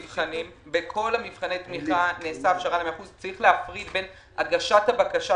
בכל מבחני התמיכה נעשה 100%. יש להפריד בין הגשת הבקשה,